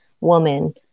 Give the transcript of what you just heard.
woman